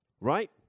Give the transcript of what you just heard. Right